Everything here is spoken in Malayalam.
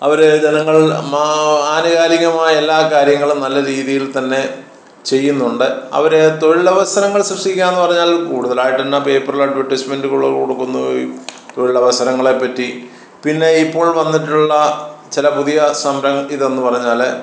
അവര് ജനങ്ങൾ ആനുകാലികമായെല്ലാ കാര്യങ്ങളും നല്ല രീതിയിൽ തന്നെ ചെയ്യുന്നുണ്ട് അവര് തൊഴിലവസരങ്ങൾ സൃഷ്ട്ടിക്കാമെന്ന് പറഞ്ഞാൽ കൂടുതലായിട്ടും പേപ്പറില് അഡ്വെർടൈസ്മെന്റുകള് കൊടുക്കുന്നു തൊഴിലവസരങ്ങളെ പറ്റി പിന്നെ ഇപ്പോൾ വന്നിട്ടുള്ള ചില പുതിയ ഇതെന്നു പറഞ്ഞാല്